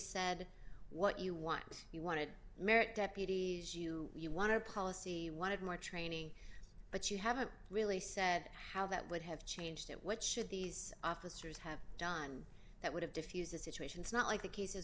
said what you want he wanted marriage deputies you you want to policy wanted more training but you haven't really said how that would have changed it what should these officers have done that would have defused the situation it's not like the cases